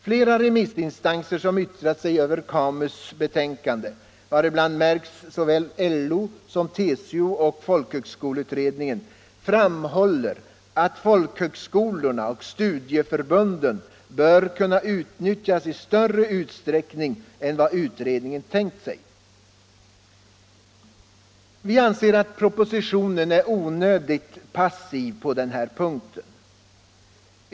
Flera remissinstanser som yttrat sig över KAMU:s betänkande, varibland märks såväl LO som TCO och folkhögskoleutredningen, framhåller att folkhögskolorna och studieförbunden bör kunna utnyttjas i större utsträckning än vad utredningen tänkt sig. Vi anser att propositionen är onödigt passiv på den här punkten.